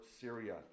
Syria